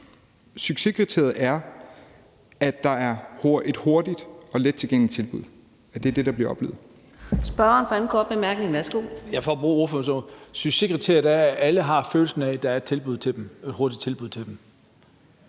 succeskriteriet er, at der er et hurtigt og lettilgængeligt tilbud, altså at det er det, der bliver oplevet.